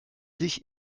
sich